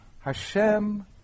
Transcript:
Hashem